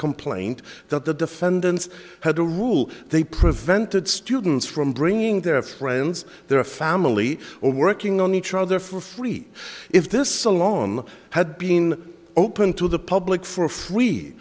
complaint that the defendants had a rule they prevented students from bringing their friends their family or working on each other for free if this alone had been open to the public for free